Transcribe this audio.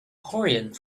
hurrying